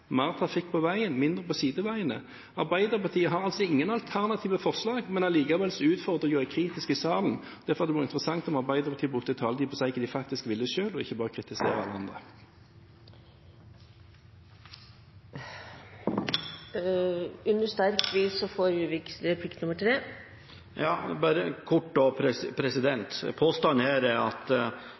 mer trafikk på veien, mindre på sideveiene. Arbeiderpartiet har altså ingen alternative forslag, men allikevel utfordrer de og er kritiske i salen. Derfor hadde det vært interessant om Arbeiderpartiet brukte taletiden til å si hva de faktisk vil selv, og ikke bare kritisere alle andre. Under sterk tvil gir presidenten representanten ordet til en tredje replikk. Bare kort: Påstanden her er at